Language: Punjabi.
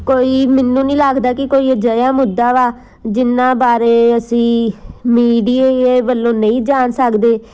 ਕੋਈ ਮੈਨੂੰ ਨਹੀਂ ਲੱਗਦਾ ਕਿ ਕੋਈ ਅਜਿਹਾ ਮੁੱਦਾ ਵਾ ਜਿਨ੍ਹਾਂ ਬਾਰੇ ਅਸੀਂ ਮੀਡੀਏ ਵੱਲੋਂ ਨਹੀਂ ਜਾਣ ਸਕਦੇ